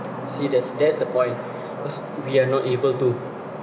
see there's that's the point cause we are not able to